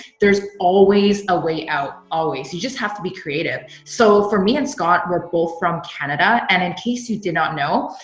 there's always a way out, always. you just have to be creative. so for me and scott, we're both from canada. and in case you did not know,